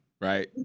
right